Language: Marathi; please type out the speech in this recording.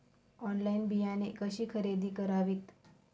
ऑनलाइन बियाणे कशी खरेदी करावीत?